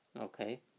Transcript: okay